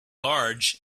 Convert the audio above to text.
large